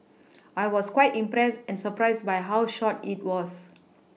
I was quite impressed and surprised by how short it was